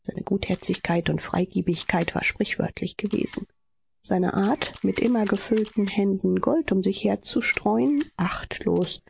seine gutherzigkeit und freigebigkeit war sprichwörtlich geworden seine art mit immer gefüllten händen gold um sich her zu streuen achtlos